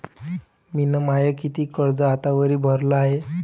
मिन माय कितीक कर्ज आतावरी भरलं हाय?